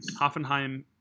Hoffenheim